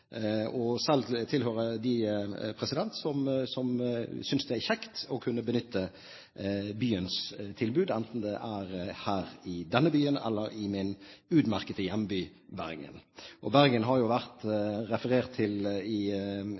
det. Selv tilhører jeg dem som synes det er kjekt å kunne benytte byens tilbud, enten det er her i denne byen eller i min utmerkede hjemby Bergen. Det er blitt referert til Bergen av flere i